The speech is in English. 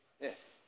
Yes